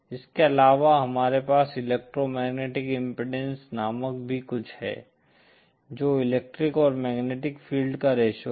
इसके अलावा हमारे पास इलेक्ट्रोमैग्नेटिक इम्पीडेन्स नामक भी कुछ है जो इलेक्ट्रिक और मैग्नेटिक फील्ड का रेश्यो है